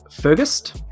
Fergus